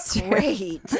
great